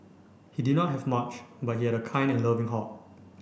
he did not have much but he had a kind and loving heart